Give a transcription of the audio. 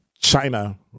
China